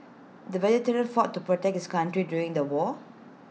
the veteran fought to protect his country during the war